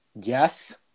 Yes